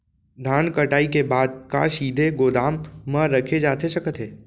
धान कटाई के बाद का सीधे गोदाम मा रखे जाथे सकत हे?